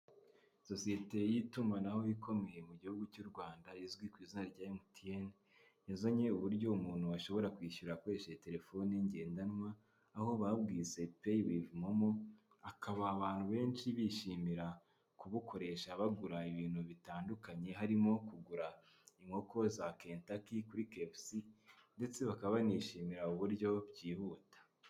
Sosiyete y'itumanaho ikomeye mu gihugu cy'u Rwanda izwi ku izina rya MTN, yazanye uburyo umuntu washobora kwishyura akoreshe iyi telefone ngendanwa, aho babwise Pay with MMO, akaba abantu benshi bishimira kubukoresha bagura ibintu bitandukanye, harimo kugura inkoko za ketaki kuri capc ndetse bakaba banishimira uburyo byihuta.